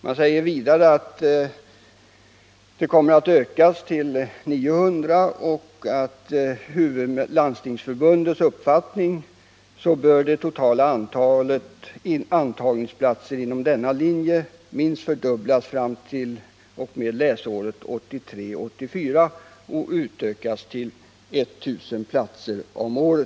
Det sägs i propositionen att behovet av sådana utbildningsplatser kommer att öka till att omfatta 900 platser och att enligt Landstingsförbundets uppfattning det totala antalet antagningsplatser inom denna linje bör minst fördubblas fram t.o.m. läsåret 1983/84, dvs. utökas till 1000 platser om året.